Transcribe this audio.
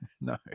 No